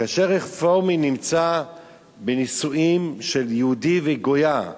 כאשר רפורמי נמצא בנישואים של יהודי וגויה,